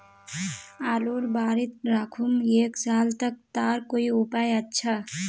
आलूर बारित राखुम एक साल तक तार कोई उपाय अच्छा?